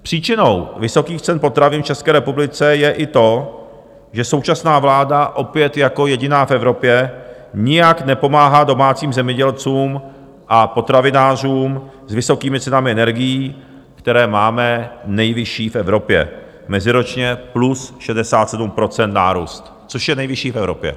Příčinou vysokých cen potravin v České republice je i to, že současná vláda, opět jako jediná v Evropě, nijak nepomáhá domácím zemědělcům a potravinářům s vysokými cenami energií, které máme nejvyšší v Evropě, meziročně plus 67 % nárůst, což je nejvyšší v Evropě.